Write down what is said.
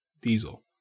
diesel